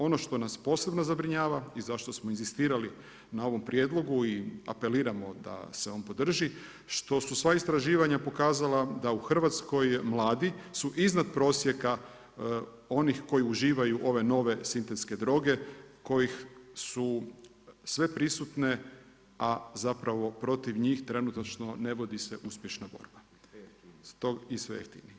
Ono što nas posebno zabrinjava i zašto smo inzistirali na ovom prijedlogu i apeliramo da se on podrži, što su sva istraživanja pokazala da u Hrvatskoj mladi su iznad prosjeka onih koji uživaju ove nove sintetske droge kojih su sve prisutne, a zapravo protiv njih trenutačno ne vodi se uspješna borba i sve jeftiniji.